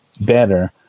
better